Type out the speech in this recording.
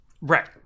right